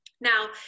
Now